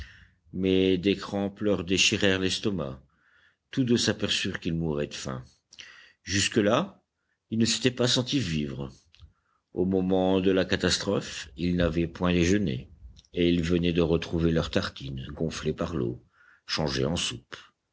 mais des crampes leur déchirèrent l'estomac tous deux s'aperçurent qu'ils mouraient de faim jusque-là ils ne s'étaient pas senti vivre au moment de la catastrophe ils n'avaient point déjeuné et ils venaient de retrouver leurs tartines gonflées par l'eau changées en soupe